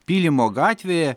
pylimo gatvėje